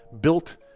built